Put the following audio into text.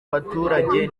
baturage